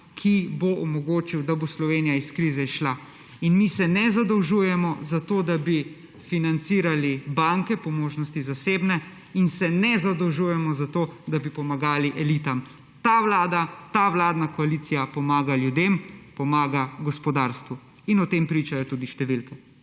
ki bo omogočil, da bo Slovenija iz krize izšla. In mi se ne zadolžujemo zato, da bi financirali banke, po možnosti zasebne, in se ne zadolžujemo zato, da bi pomagali elitam. Ta vlada, ta vladna koalicija pomaga ljudem, pomaga gospodarstvu. In o tem pričajo tudi številke.